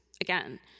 Again